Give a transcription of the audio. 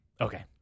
Okay